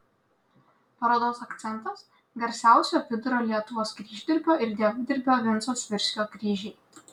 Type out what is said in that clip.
parodos akcentas garsiausio vidurio lietuvos kryždirbio ir dievdirbio vinco svirskio kryžiai